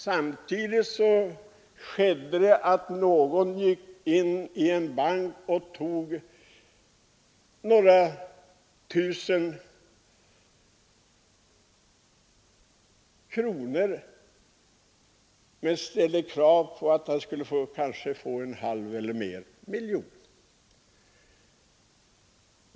Samtidigt hände det att en annan pojke gick in i en bank och tog några tusen kronor — han ställde kanske krav på att få en halv miljon eller mer.